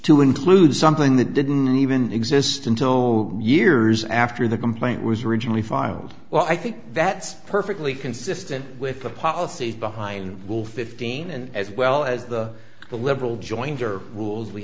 to include something that didn't even exist until years after the complaint was originally filed well i think that's perfectly consistent with the policies behind will fifteen and as well as the the liberal jointer rules we